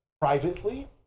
privately